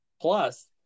Plus